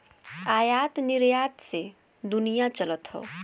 आयात निरयात से दुनिया चलत हौ